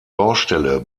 baustelle